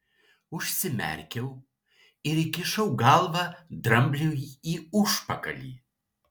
užsimerkiau ir įkišau galvą drambliui į užpakalį